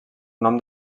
nom